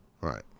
right